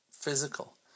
physical